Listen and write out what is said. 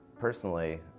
personally